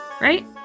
right